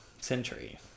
century